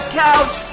couch